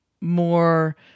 more